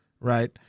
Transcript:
right